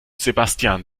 sebastian